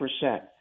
percent